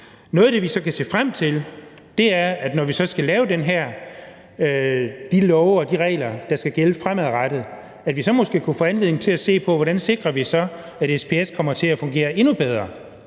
Noget af det, vi så kan se frem til, er, at vi, når vi så skal lave de love og de regler, der skal gælde fremadrettet, så måske kunne få anledning til at se på, hvordan vi sikrer, at SPS kommer til at fungere endnu bedre.